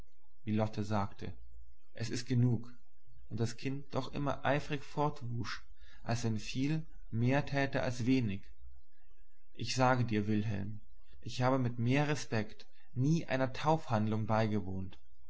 lotte sagte es ist genug und das kind doch immer eifrig fortwusch als wenn viel mehr täte als wenig ich sage dir wilhelm ich habe mit mehr respekt nie einer taufhandlung beigewohnt